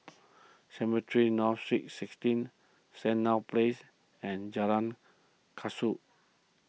Cemetry North Saint sixteen Sandown Place and Jalan Kasau